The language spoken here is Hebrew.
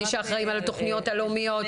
מי שאחראים על התוכניות הלאומיות.